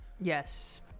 Yes